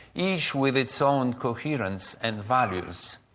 each with its own coherence and values.